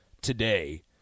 today